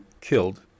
killed